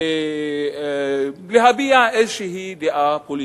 להביע איזו דעה פוליטית,